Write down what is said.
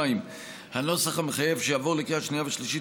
2. הנוסח המחייב שיעבור לקריאה שנייה ושלישית